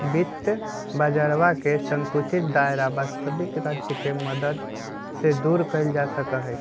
वित्त बाजरवा के संकुचित दायरा वस्तबिक राज्य के मदद से दूर कइल जा सका हई